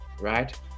right